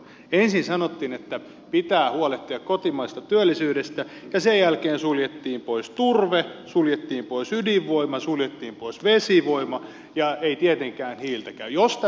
ensin sanottiin että pitää huolehtia kotimaisesta työllisyydestä ja sen jälkeen suljettiin pois turve suljettiin pois ydinvoima suljettiin pois vesivoima ja ei tietenkään hiiltäkään